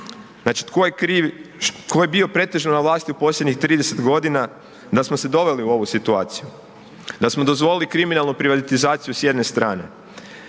kriv, ko je bio pretežno na vlasti u posljednjih 30 g. da smo se doveli u ovu situaciju, da smo dozvolili kriminalnu privatizaciju s jedne strane,